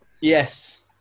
yes